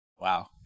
Wow